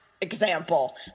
example